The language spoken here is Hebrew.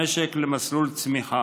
הוא לא מבטיח המשך קשר בין המעסיק לעובד.